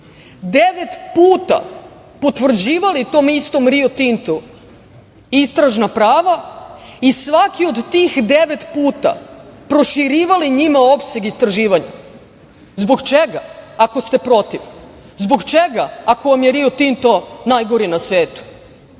puta potvrđivali tom istom "Rio Tintu" istražna prava i svaki od tih devet puta proširivali njima opseg istraživanja? Zbog čega, ako ste protiv? Zbog čega, ako vam je "Rio Tinto" najgori na svetu? Moje